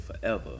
forever